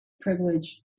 privilege